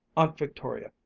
aunt victoria,